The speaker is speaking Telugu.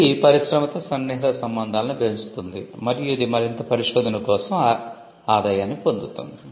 ఇది పరిశ్రమతో సన్నిహిత సంబంధాలను పెంచుతుంది మరియు ఇది మరింత పరిశోధన కోసం ఆదాయాన్ని పొందుతుంది